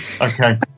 Okay